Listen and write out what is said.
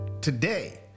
today